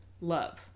love